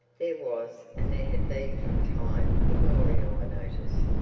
there was and there had been from time immemorial a notice.